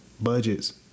budgets